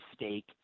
mistake